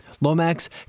Lomax